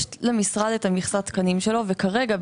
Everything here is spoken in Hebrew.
יש למשרד את מכסת התקנים שלו וכרגע,